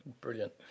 Brilliant